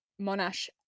Monash